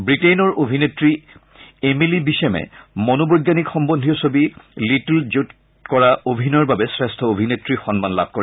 ৱিটেইনৰ অভিনেত্ৰী এমিলি বিচেমে মনোবৈজ্ঞানিক সহ্বধীয় ছবি লিটল জোত কৰা অভিনয়নৰ বাবে শ্ৰেষ্ঠ অভিনেত্ৰীৰ সন্মান লাভ কৰে